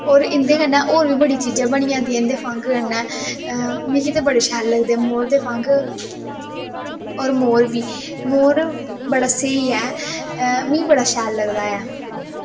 और इंदे कन्नै और बी बड़ी चीजां बनी जंदियां फंघ कन्नै मिगी ते बडे़ शैल लगदे मोर दे फंघ और मोर बी मोर बड़ा स्हेई ऐ मि बड़ा शैल लगदा ऐ